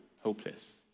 hopeless